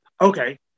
okay